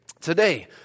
today